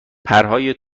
پرهای